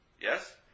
yes